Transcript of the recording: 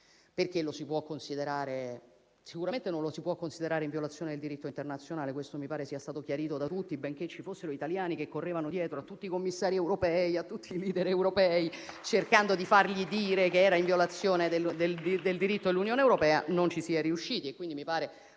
perché sicuramente non lo si può considerare in violazione del diritto internazionale e questo mi pare sia stato chiarito da tutti, benché ci fossero italiani che correvano dietro a tutti i commissari europei, a tutti i *leader* europei, cercando di portarli a dire che era in violazione del diritto dell'Unione europea, ma non ci sono riusciti e quindi mi pare